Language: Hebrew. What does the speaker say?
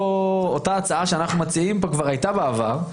אותה הצעה שאנחנו מציעים כאן כבר הייתה בעבר.